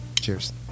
Cheers